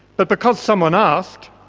but because someone ah asked,